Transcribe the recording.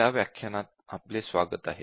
या व्याख्यानात आपले स्वागत आहे